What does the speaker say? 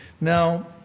Now